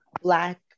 black